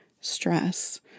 stress